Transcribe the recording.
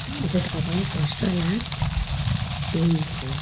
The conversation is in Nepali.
सनसेटको पनि फर्स्ट र लास्ट त्यही हो